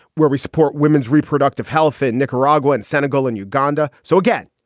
where we support women's reproductive health in nicaragua and senegal and uganda. so, again,